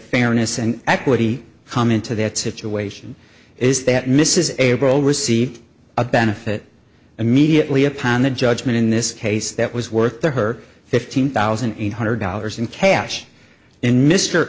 fairness and equity come into that situation is that mrs abel received a benefit immediately upon the judgment in this case that was worth her fifteen thousand eight hundred dollars in cash in mr